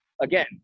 again